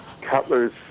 Cutler's